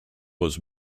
was